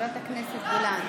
סליחה, חברת הכנסת גולן.